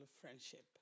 friendship